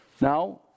Now